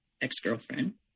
ex-girlfriend